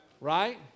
Right